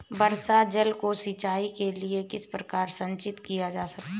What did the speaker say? वर्षा जल को सिंचाई के लिए किस प्रकार संचित किया जा सकता है?